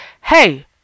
hey